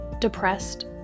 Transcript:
depressed